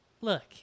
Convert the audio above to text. Look